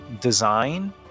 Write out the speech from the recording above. design